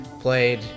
played